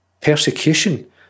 persecution